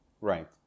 Right